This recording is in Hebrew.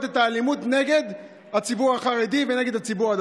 את האלימות נגד הציבור החרדי ונגד הציבור הדתי.